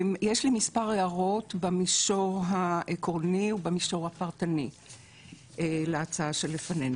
יש לי מספר הערות במישור העקרוני ובמשור הפרטני להצעה שלפנינו.